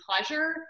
pleasure